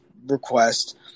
Request